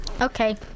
Okay